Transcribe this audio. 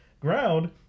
ground